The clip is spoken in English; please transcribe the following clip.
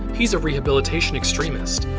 he's a rehabilitation extremist.